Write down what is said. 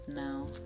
now